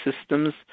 systems